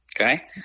okay